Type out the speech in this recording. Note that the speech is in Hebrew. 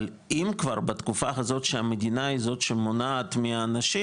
אבל אם כבר בתקופה הזאת שהמדינה היא זאת שמונעת מהאנשים,